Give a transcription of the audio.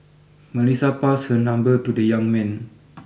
Melissa passed her number to the young man